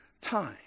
time